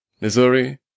Missouri